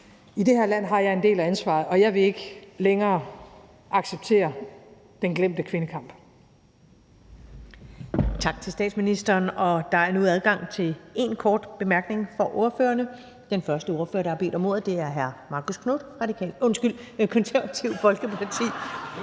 i det her land har jeg en del af ansvaret, og jeg vil ikke længere acceptere den glemte kvindekamp.